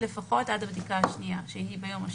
לפחות עד הבדיקה השנייה שהיא ביום השלישי.